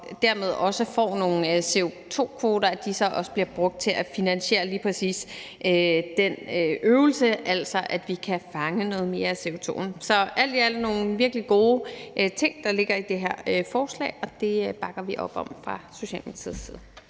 dermed også får nogle CO2-kvoter, bliver de også brugt til at finansiere lige præcis den øvelse, altså at vi kan fange noget mere af CO2'en. Så det er alt i alt nogle virkelig gode ting, der ligger i det her forslag, og det bakker vi op om fra Socialdemokratiets